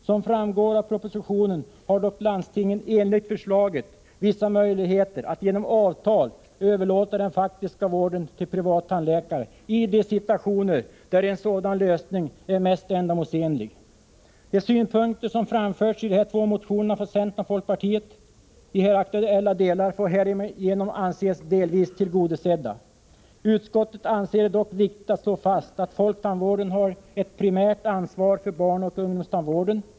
Som framgår av propositionen har dock landstingen enligt förslaget vissa möjligheter att genom avtal överlåta den faktiska vården till privattandläkare i de situationer där en sådan lösning är mest ändamålsenlig. De synpunkter som framförts i de här två motionerna från centern och folkpartiet i här aktuella delar får härigenom anses delvis tillgodosedda. Utskottet anser det dock viktigt att slå fast att folktandvården har ett primärt ansvar för barnoch ungdomstandvården.